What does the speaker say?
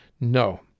No